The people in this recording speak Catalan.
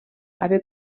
haver